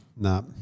No